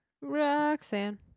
Roxanne